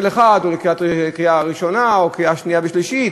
או לקראת הקריאה הראשונה או הקריאה השנייה והשלישית?